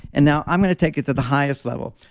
and now, i'm going to take it to the highest level.